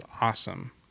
awesome